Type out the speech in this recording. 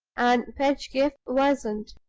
and pedgift wasn't.